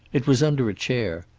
it was under a chair.